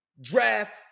draft